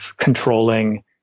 controlling